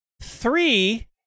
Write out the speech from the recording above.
Three